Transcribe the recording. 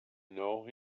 know